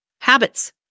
habits